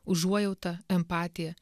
užuojauta empatija